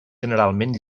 generalment